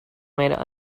made